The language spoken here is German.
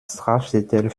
strafzettel